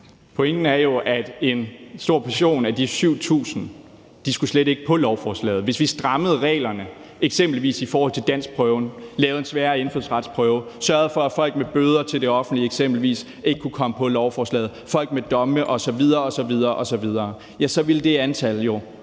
Pointen er jo, at en stor portion af de 7.000 slet ikke skulle på lovforslaget. Hvis vi strammede reglerne, eksempelvis i forhold til danskprøven, lavede en sværere indfødsretsprøve, sørgede for, at eksempelvis folk med bøder til det offentlige ikke kunne komme på lovforslaget, også i forhold til folk med domme osv. osv., så ville det antal